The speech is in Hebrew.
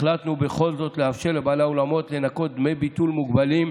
החלטנו בכל זאת לאפשר לבעלי האולמות לנכות דמי ביטול מוגבלים,